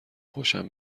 خوشم